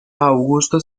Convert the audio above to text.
augusto